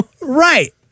Right